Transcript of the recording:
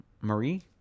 Marie